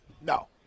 No